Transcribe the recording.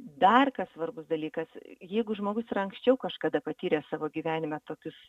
dar kas svarbus dalykas jeigu žmogus ir anksčiau kažkada patyręs savo gyvenime tokius